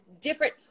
different